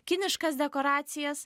kiniškas dekoracijas